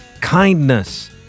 kindness